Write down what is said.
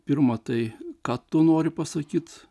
pirma tai ką tu nori pasakyt